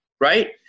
right